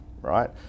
right